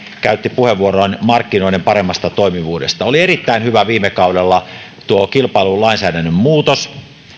käytti puheenvuoron markkinoiden paremmasta toimivuudesta oli erittäin hyvä viime kaudella tuo kilpailulainsäädännön muutos